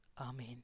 Amen